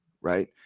Right